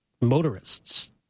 motorists